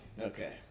okay